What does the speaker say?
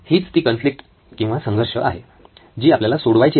हीच ती कॉन्फ्लिक्ट किंवा संघर्ष आहे जी आपल्याला सोडवायची आहे